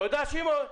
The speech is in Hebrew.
תודה שמעון.